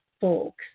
folks